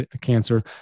cancer